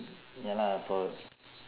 ya lah for